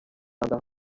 kanda